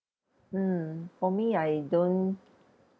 mm for me I don't